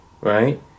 Right